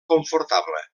confortable